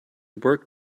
work